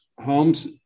homes